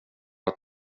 att